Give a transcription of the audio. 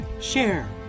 share